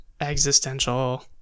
existential